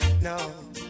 No